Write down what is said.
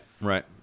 Right